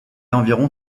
environ